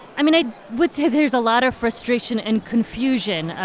i mean, i would say there's a lot of frustration and confusion.